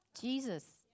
Jesus